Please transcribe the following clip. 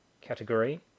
category